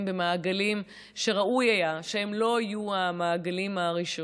במעגלים שראוי היה שהם לא יהיו המעגלים הראשונים.